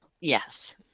Yes